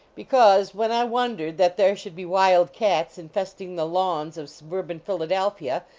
because, when i wondered that there should be wild cats infesting the lawns of suburban philadel phia,